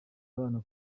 abana